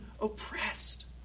oppressed